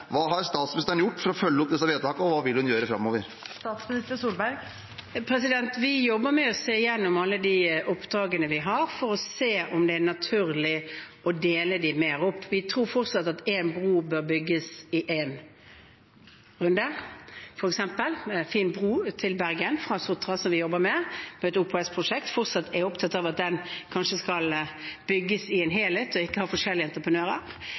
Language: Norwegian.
Hva har statsministeren gjort for å følge opp disse vedtakene, og hva vil hun gjøre framover? Vi jobber med å se gjennom alle de oppdragene vi har, for å se om det er naturlig å dele dem mer opp. Vi tror fortsatt at én bro bør bygges i én runde, f.eks. en fin bro til Bergen fra Sotra, som vi jobber med, som er et OPS-prosjekt. Vi er fortsatt opptatt av at den kanskje skal bygges i en helhet og ikke ha forskjellige entreprenører.